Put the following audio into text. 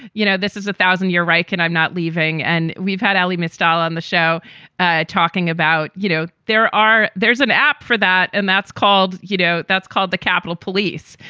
you know, this is a thousand year reich and i'm not leaving and we've had ali misdialed on the show ah talking about, you know, there are there's an app for that. and that's called you know, that's called the capitol police.